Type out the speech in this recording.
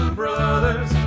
brothers